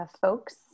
folks